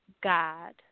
God